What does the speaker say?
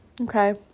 Okay